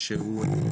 שהוא ..